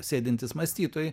sėdintys mąstytojai